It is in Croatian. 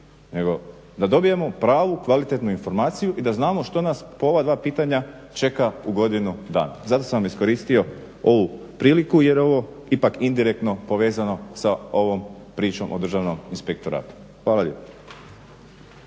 da dobijemo pravu kvalitetnu informaciju i da znamo što nas po ova dva pitanja čeka u godinu dana. Zato sam iskoristio ovu priliku jer ovo je ipak indirektno povezano sa ovom pričom o Državnom inspektoratu. Hvala lijepo.